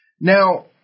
Now